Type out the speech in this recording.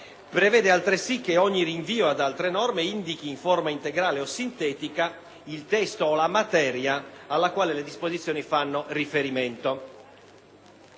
altresì che ogni rinvio ad altre norme indichi in forma integrale o sintetica il testo o la materia alla quale le disposizioni fanno riferimento.